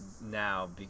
now